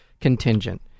contingent